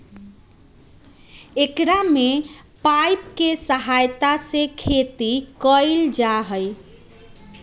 एकरा में पाइप के सहायता से खेती कइल जाहई